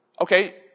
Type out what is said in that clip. okay